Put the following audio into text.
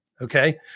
Okay